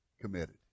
committed